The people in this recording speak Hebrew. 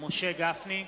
משה גפני,